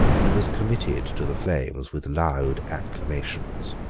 he was committed to the flames with loud acclamations.